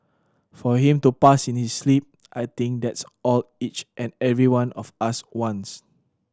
for him to pass in his sleep I think that's all each and every one of us wants